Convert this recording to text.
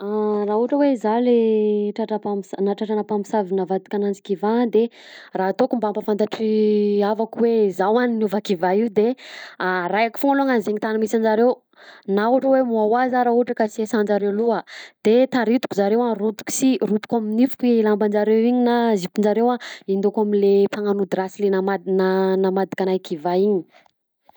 Ah raha ohatra hoe zah le tratra mpamos- nahatratrana mpamosavy navadikinazy kiva de raha ataoko mba ampafatatry ny havako hoe zah hoa niova kiva io de arahiko foagna longany zegny tany misy anjareo na ohatra hoe mi-wawa zah raha ohatra sy esan-drareo loha de taritiko zareo roitiko si roitiko amin'ny nifiko i lambanjareo iny na ziponjareo indaonko aminy le mpagnano ody rasy le ma- namadika anah kiva iny.